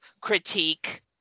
critique